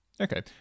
Okay